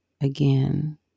again